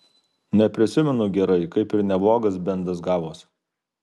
neprisimenu gerai kaip ir neblogas bendas gavosi